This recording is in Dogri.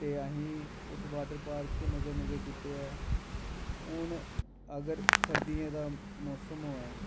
ते असें उस वाटर पार्क च मजे मूजे कीते ऐ हून अगर सर्दियें दा मौसम होऐ